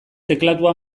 teklatua